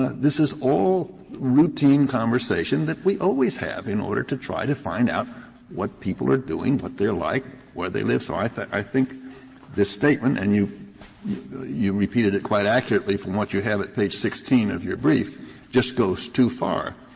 this is all routine conversation that we always have in order to try to find out what people are doing, what they are like, where they live. so i i think the statement, and you you repeated it quite accurately from what you have at page sixteen of your brief just goes too far.